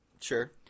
Sure